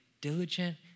diligent